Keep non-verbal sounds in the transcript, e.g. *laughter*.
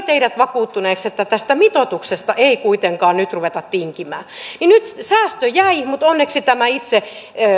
*unintelligible* teidät vakuuttuneeksi että tästä mitoituksesta ei kuitenkaan nyt ruveta tinkimään nyt säästötavoite jäi mutta onneksi peruutettiin tämä itse